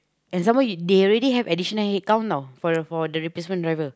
and some more they already have additional headcount now for for the replacement driver